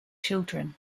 children